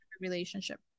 relationship